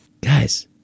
guys